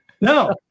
No